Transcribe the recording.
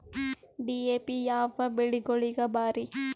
DAP ಯಾವ ಬೆಳಿಗೊಳಿಗ ಭಾರಿ?